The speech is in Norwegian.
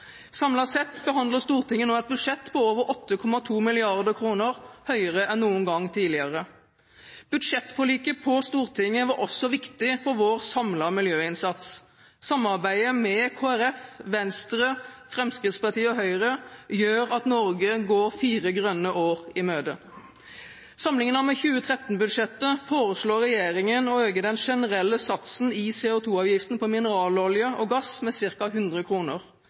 Samlet sett behandler Stortinget nå et budsjett på over 8,2 mrd. kr, større enn noen gang tidligere. Budsjettforliket på Stortinget var også viktig for vår samlede miljøinnsats. Samarbeidet mellom Kristelig Folkeparti, Venstre, Fremskrittspartiet og Høyre gjør at Norge går fire grønne år i møte. Sammenlignet med 2013-budsjettet foreslår regjeringen å øke den generelle satsen i CO2-avgiften på mineralolje og gass med ca. 100